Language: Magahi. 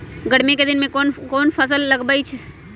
गर्मी के दिन में कौन कौन फसल लगबई?